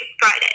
Friday